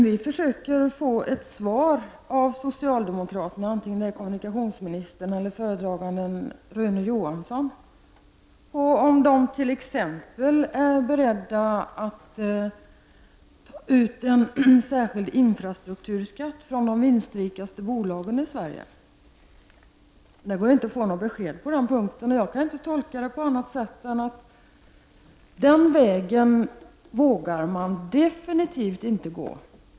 Vi försöker få ett svar av socialdemokraterna, vare sig det är kommunikationsministern eller föredragande Rune Johansson, om de t.ex. är beredda att ta ut en särskild infrastrukturskatt från de vinstrikaste bolagen i Sverige, Men det går inte att få besked på den punkten, Jag kan inte tolka det på något annat sätt än att den vägen vågar man definitivt inte gå.